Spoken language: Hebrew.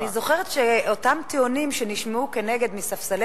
אני זוכרת שאותם טיעונים שנשמעו מספסלי